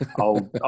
Old